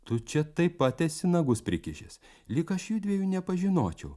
tu čia taip pat esi nagus prikišęs lyg aš judviejų nepažinočiau